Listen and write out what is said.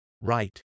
right